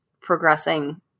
progressing